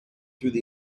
through